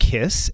Kiss